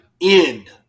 end